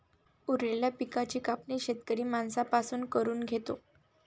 उरलेल्या पिकाची कापणी शेतकरी माणसां पासून करून घेतो